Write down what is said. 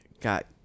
got